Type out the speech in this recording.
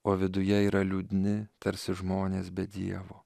o viduje yra liūdni tarsi žmonės be dievo